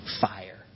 Fire